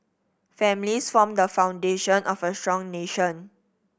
families form the foundation of a strong nation